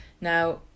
Now